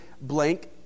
blank